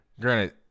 Granted